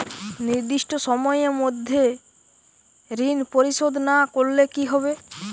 নির্দিষ্ট সময়ে মধ্যে ঋণ পরিশোধ না করলে কি হবে?